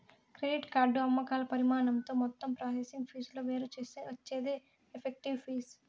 credit card అమ్మకాల పరిమాణంతో మొత్తం ప్రాసెసింగ్ ఫీజులు వేరుచేత్తే వచ్చేదే ఎఫెక్టివ్ ఫీజు